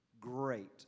great